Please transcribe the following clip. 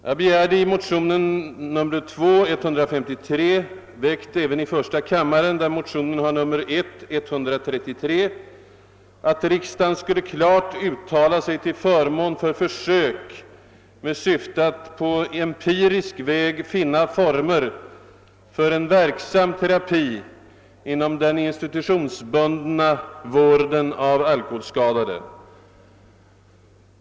Jag begärde i motionen II: 153 — väckt även i första kammaren med nr 133 — att riksdagen skulle klart uttala sig till förmån för försök med syfte att på empirisk väg finna former för en verksam terapi inom den institutionsbundna vården av alkoholskadade.